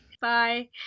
Bye